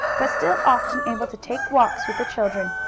but still often able to take walks with the children.